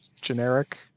generic